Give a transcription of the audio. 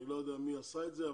אני לא יודע מי עשה את זה,